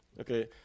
okay